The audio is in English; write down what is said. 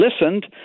listened